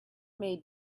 made